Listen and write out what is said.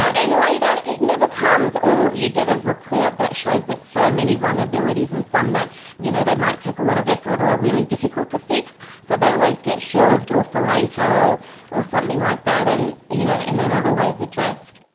and later, it never comes, or you get a report that shows so many vulnerabilities, and some that you know might take a lot of effort or really difficult to fix. so they always get shelved, or for later, or or something like that, and you know and they're not always addressed.